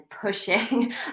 pushing